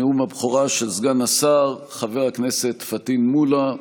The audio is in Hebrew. נאום הבכורה של סגן השר חבר הכנסת פטין מולה.